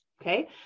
Okay